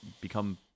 become